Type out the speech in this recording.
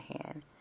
hand